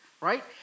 right